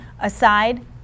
aside